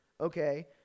okay